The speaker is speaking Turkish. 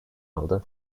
aldı